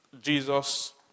Jesus